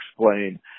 explain